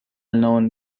known